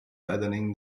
deadening